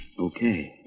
Okay